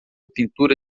pintura